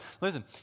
Listen